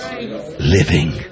Living